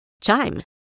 Chime